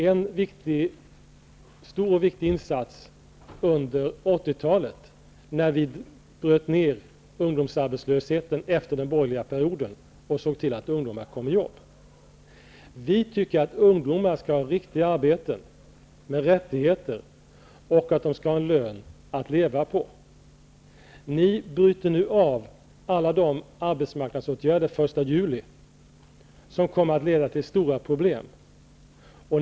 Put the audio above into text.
En stor och viktig insats under 80-talet var att vi efter den borgerliga perioden bröt ner ungdomsarbetslösheten och såg till att ungdomar fick jobb. Vi tycker att ungdomar skall ha riktiga arbeten med rättigheter och att de skall ha en lön att leva på. Ni avbryter nu den första juli alla arbetsmarknadsåtgärder, och det kommer att leda till stora problem.